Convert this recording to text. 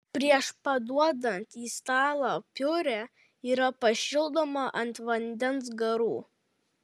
prieš paduodant į stalą piurė yra pašildoma ant vandens garų